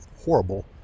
horrible